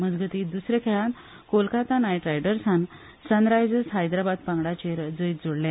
मजगती दूसरे खेळात कोलकत्ता नायट रायडर्सान सन रायजर्स हैद्राबाद पंगडाचेर जैत जोडले